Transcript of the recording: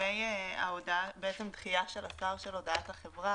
לגבי דחייה של השר את הודעת החברה,